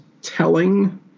telling